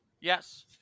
Yes